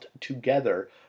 together